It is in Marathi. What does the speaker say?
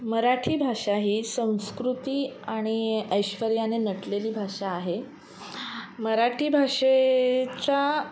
मराठी भाषा ही संस्कृती आणि ऐश्वर्याने नटलेली भाषा आहे मराठी भाषेच्या